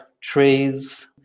trees